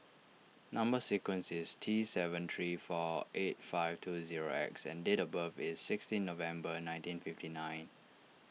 Number Sequence is T seven three four eight five two zero X and date of birth is sixteen November nineteen fifty nine